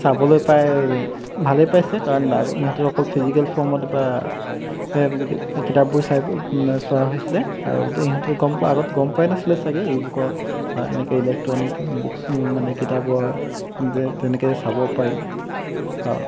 চাবলৈ পাই ভালেই পাইছে কাৰণ ইহঁতে অকল ফিজিকেল ফৰ্মত বা কিতাপবোৰ চাই চোৱা হৈছিলে আৰু ইহঁতে গম পায় আগত গম পোৱাই নাছিলে চাগে ই বুকৰ এনেকৈ ইলেক্ট্ৰনিক বুকছ মানে কিতাপৰ যে তেনেকৈ চাব পাৰি